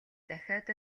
дахиад